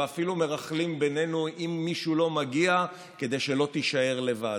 ואפילו מרכלים בינינו אם מישהו לא מגיע כדי שלא תישאר לבד.